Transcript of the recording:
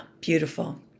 beautiful